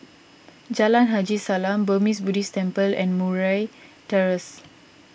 Jalan Haji Salam Burmese Buddhist Temple and Murray Terrace